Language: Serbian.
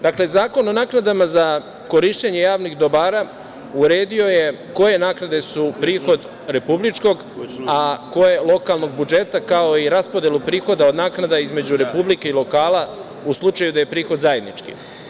Dakle, Zakon o naknadama za korišćenje javnih dobara uredio je koje naknade su prihod republičkog, a koje lokalnog budžeta, kao i raspodelu prihoda naknada između republike i lokala u slučaju da je prihod zajednički.